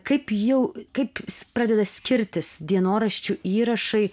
kaip jau kaip pradeda skirtis dienoraščių įrašai